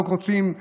לא רוצים,